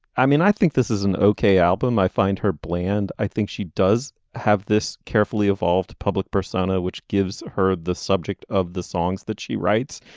i mean i think this is an okay album i find her bland. i think she does have this carefully evolved public persona which gives her the subject of the songs that she writes.